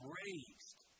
raised